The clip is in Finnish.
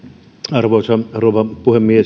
arvoisa rouva puhemies